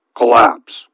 collapse